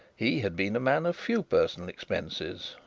he had been a man of few personal expenses,